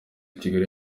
kigali